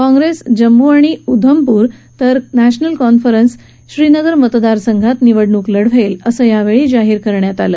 काँग्रेस जम्मू आणि उधमपुर तर नॅशनल कॉन्फ्ररन्स श्रीनगर मतदारसंघात निवडणूक लढवेल असं यावेळी जाहीर करण्यात आलं